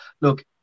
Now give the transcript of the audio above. look